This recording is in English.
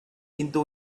into